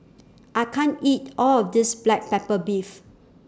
I can't eat All of This Black Pepper Beef